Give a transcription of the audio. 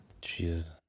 Jesus